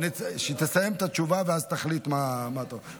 היא תסיים את התשובה, ואז תחליט מה אתה רוצה.